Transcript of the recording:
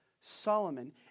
Solomon